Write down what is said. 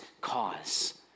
cause